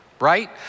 right